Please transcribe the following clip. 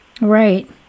Right